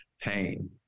pain